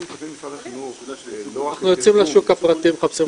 אנחנו מצפים ממשרד החינוך --- אנחנו יוצאים לשוק הפרטי ומחפשים.